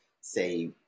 say